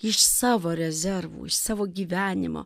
iš savo rezervų iš savo gyvenimo